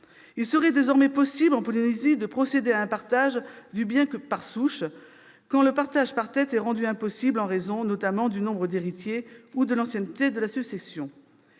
Il serait désormais possible, en Polynésie, de procéder à un partage du bien par souche, quand le partage par tête est rendu impossible en raison notamment du nombre d'héritiers ou de l'ancienneté de la succession.